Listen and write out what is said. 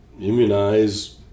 immunize